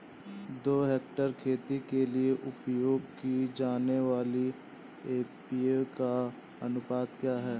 दो हेक्टेयर खेती के लिए उपयोग की जाने वाली एन.पी.के का अनुपात क्या है?